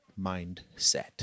mindset